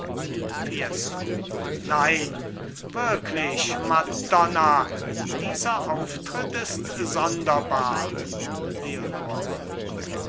fiesco nein wirklich madonna dieser auftritt ist sonderbar leonore